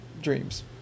dreams